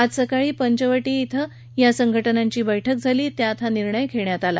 आज सकाळी पंचवटी इथं या संघटनांची बैठक झाली त्यात हा निर्णय घेण्यात आला